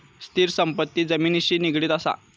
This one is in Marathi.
स्थिर संपत्ती जमिनिशी निगडीत असा